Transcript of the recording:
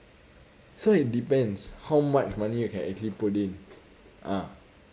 so it depends how much money you can actually put in ah